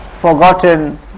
forgotten